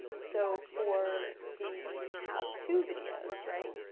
and so for the how to videos, right?